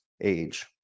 age